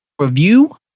review